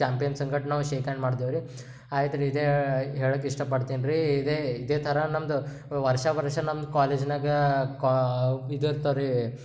champion ಸಂಗಡ್ ನಾವು shake hand ಮಾಡ್ದೇವೆ ರಿ ಆಯ್ತು ರೀ ಇದೇ ಹೇಳಕ್ಕೆ ಇಷ್ಟಪಡ್ತೀನಿ ರೀ ಇದೇ ಇದೆ ಥರ ನಮ್ಮದು ವರ್ಷ ವರ್ಷ ನಮ್ಮ ಕಾಲೇಜ್ನಾಗ ಕ್ವಾ ಇದು ಇರ್ತವೆ ರಿ